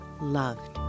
loved